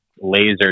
laser